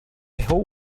whole